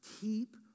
Keep